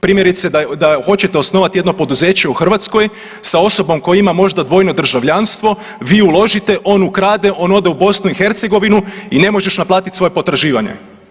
Primjerice da hoćete osnovati jedno poduzeće u Hrvatskoj sa osobom koja ima možda dvojno državljanstvo vi uložite, on ukrade, on ode u BiH i ne možeš naplatiti svoje potraživanje.